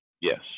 yes